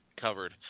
covered